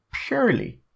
purely